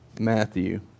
Matthew